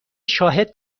شاهد